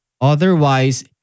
Otherwise